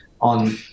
on